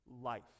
life